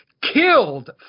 killed